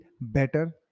better